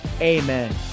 amen